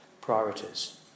priorities